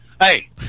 Hey